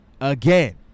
again